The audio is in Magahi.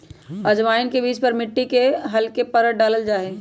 अजवाइन के बीज पर मिट्टी के हल्के परत डाल्ल जाहई